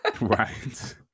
Right